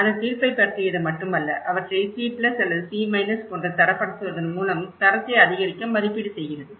இது தீர்ப்பைப் பற்றியது மட்டுமல்ல அவற்றை C பிளஸ் அல்லது C மைனஸ் போன்ற தரப்படுத்துவதன் மூலம் தரத்தை அதிகரிக்க மதிப்பீடு செய்கிறது